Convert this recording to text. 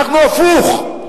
אנחנו הפוך.